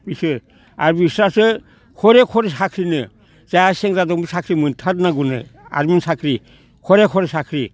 बिसोर आरो बिसोरसो खरे खरे साख्रिनो जायहा सेंग्रा दं साख्रि मोनथारनांगौनो आरमि साख्रि खरे खरे साख्रि